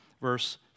Verse